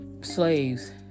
slaves